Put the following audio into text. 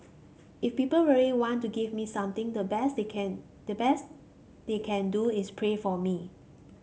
if people really want to give me something the best they can the best they can do is pray for me